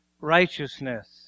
righteousness